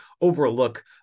overlook